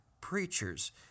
preachers